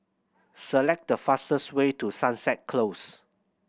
select the fastest way to Sunset Close